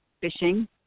fishing